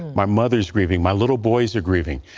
my mother's grieving. my little boys are grieving.